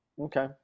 Okay